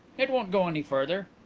it won't go any further.